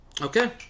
Okay